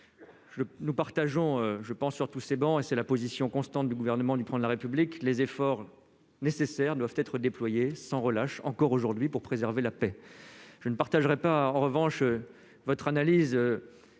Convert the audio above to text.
nous partageons je pense surtout, c'est bon et c'est la position constante du gouvernement lui prend de la République, les efforts nécessaires doivent être déployés sans relâche encore aujourd'hui pour préserver la paix, je ne partagerai pas, en revanche, votre analyse